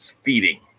feeding